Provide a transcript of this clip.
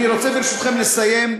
אני רוצה ברשותכם לסיים,